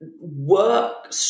work